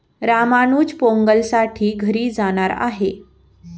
रामानुज पोंगलसाठी घरी जाणार आहे